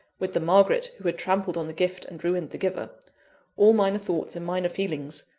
with the margaret who had trampled on the gift and ruined the giver all minor thoughts and minor feelings,